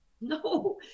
No